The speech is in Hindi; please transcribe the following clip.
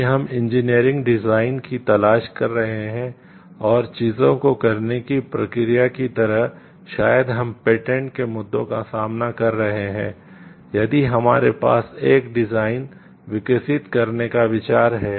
अब इंजीनियरिंग विकसित करने का विचार है